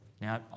Now